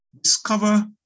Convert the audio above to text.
Discover